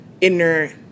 inner